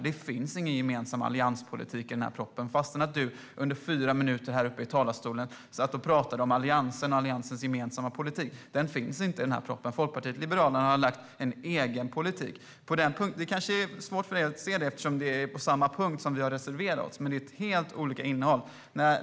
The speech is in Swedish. Det finns ingen gemensam allianspolitik i propositionen. Du talade trots det under fyra minuter i talarstolen om Alliansen och Alliansens gemensamma politik. Den finns inte i den här propositionen. Folkpartiet liberalerna har lagt fram en egen politik. Det kanske är svårt för dig att se det eftersom vi har reserverat oss på samma punkt. Men det är helt olika innehåll.